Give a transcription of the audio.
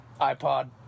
iPod